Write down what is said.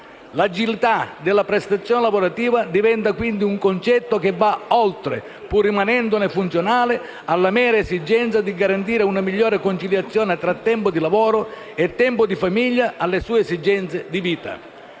L'agilità della prestazione lavorativa diventa quindi un concetto che va oltre, pur rimanendone funzionale, alla mera esigenza di garantire una migliore conciliazione tra tempo di lavoro e tempo di famiglia, alle sue esigenze di vita.